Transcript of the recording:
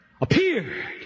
appeared